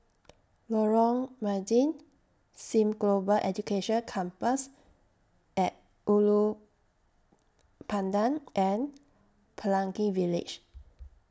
Lorong Mydin SIM Global Education Campus At Ulu Pandan and Pelangi Village